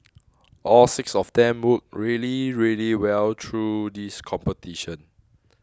all six of them worked really really well through this competition